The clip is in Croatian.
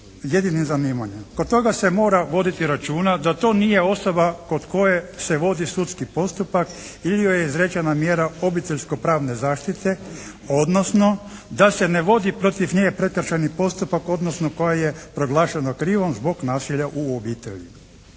jedinim zanimanjem. Kod toga se mora voditi računa da to nije osoba kod koje se vodi sudski postupak ili joj je izrečena mjera obiteljsko pravne zaštite odnosno da se ne vodi protiv nje prekršajni postupak odnosno koja je proglašena krivom zbog nasilja u obitelji.